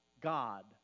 God